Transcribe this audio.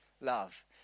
love